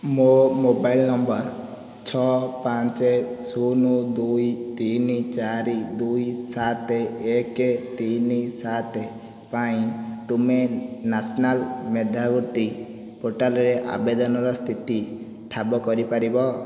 ମୋ mobile number ଛଅ ପାଞ୍ଚ ଶୁନ ଦୁଇ ତିନି ଚାରି ଦୁଇ ସାତ ଏକ ତିନି ସାତ ପାଇଁ ତୁମେ ନ୍ୟାସନାଲ୍ ମେଧାବୃତ୍ତି ପୋର୍ଟାଲରେ ଆବେଦନର ସ୍ଥିତି ଠାବ କରି ପାରିବ